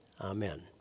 Amen